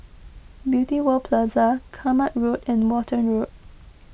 Beauty World Plaza Kramat Road and Walton Road